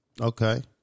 Okay